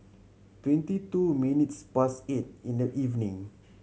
twenty two minutes past eight in the evening